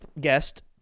guest